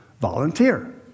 volunteer